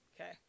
okay